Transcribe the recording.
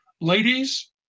ladies